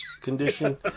condition